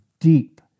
deep